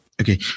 Okay